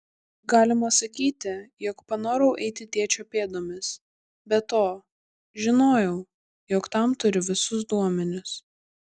galima sakyti jog panorau eiti tėčio pėdomis be to žinojau jog tam turiu visus duomenis